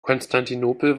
konstantinopel